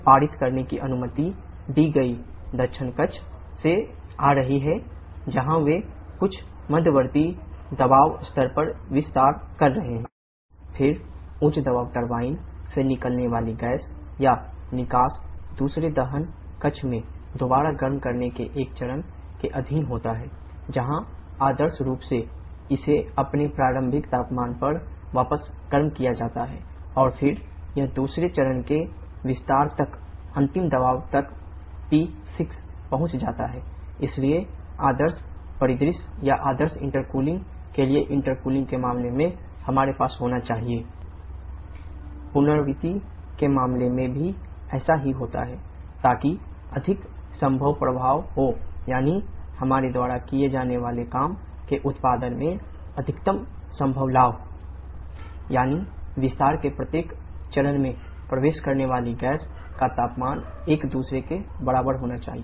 फिर उच्च दबाव टरबाइन के मामले में हमारे पास होना चाहिए T3 T1 रीहीटिंग के मामले में भी ऐसा ही होता है ताकि अधिकतम संभव प्रभाव हो यानी कार्य उत्पादन में अधिकतम संभव लाभ हमें होना चाहिए T3 T5 यानी विस्तार के प्रत्येक चरण में प्रवेश करने वाली गैस का तापमान एक दूसरे के बराबर होना चाहिए